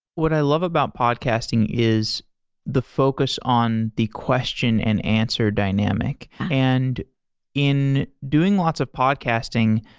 what i love about podcasting is the focus on the question and answer dynamic. and in doing lots of podcasting,